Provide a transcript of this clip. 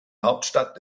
hauptstadt